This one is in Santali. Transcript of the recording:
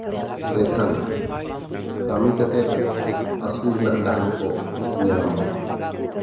ᱞᱮᱠᱷᱟᱱ ᱠᱟᱹᱢᱤ ᱠᱟᱛᱮᱫ ᱟᱹᱥᱩᱞ ᱨᱮᱱᱟᱜ ᱰᱟᱦᱟᱨ ᱠᱚ ᱧᱟᱢᱼᱟ